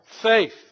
faith